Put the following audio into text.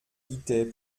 guittet